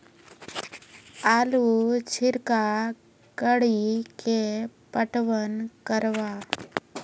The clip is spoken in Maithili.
आलू छिरका कड़ी के पटवन करवा?